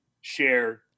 share